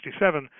1967